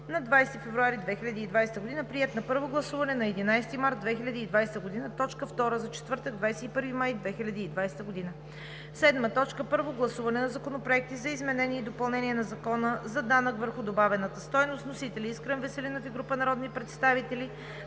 на 20 февруари 2020 г., приет на първо гласуване на 11 март 2020 г. – точка втора за четвъртък, 21 май 2020 г.; 7. Първо гласуване на Законопроекти за изменение и допълнение на Закона за данък върху добавената стойност. Вносители: Искрен Веселинов и група народни представители